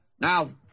Now